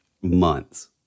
months